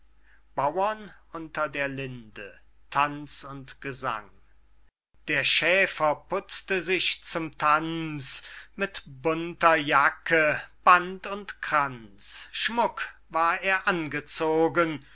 unter der linde tanz und gesang der schäfer putzte sich zum tanz mit bunter jacke band und kranz schmuck war er angezogen